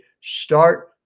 start